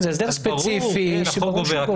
אז ברור שהחוק גובר.